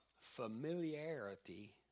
familiarity